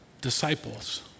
Disciples